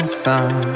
sun